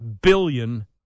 billion